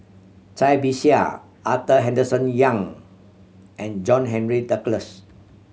Cai Bixia Arthur Henderson Young and John Henry Duclos